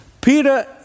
Peter